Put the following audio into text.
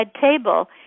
table